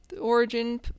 origin